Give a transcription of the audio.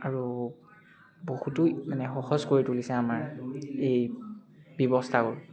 আৰু বহুতো মানে সহজ কৰি তুলিছে আমাৰ এই ব্যৱস্থাও